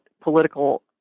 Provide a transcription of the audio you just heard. political